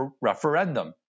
referendum